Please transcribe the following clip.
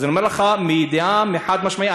אז אני אומר לך מידיעה חד-משמעית.